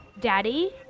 daddy